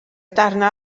darnau